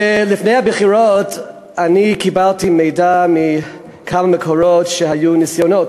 ולפני הבחירות אני קיבלתי מידע מכמה מקורות שהיו ניסיונות,